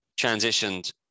transitioned